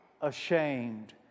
ashamed